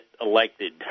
elected